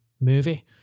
movie